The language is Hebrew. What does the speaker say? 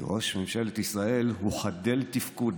כי ראש ממשלת ישראל הוא חדל-תפקוד,